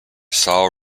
sal